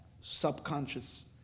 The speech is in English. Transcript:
subconscious